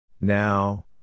Now